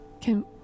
Can-